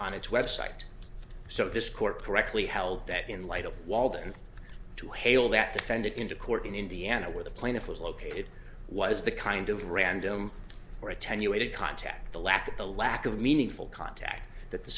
on its website so this court correctly held that in light of walden to hail that defendant into court in indiana where the plaintiff was located was the kind of random or attenuated contact the lack of the lack of meaningful contact that the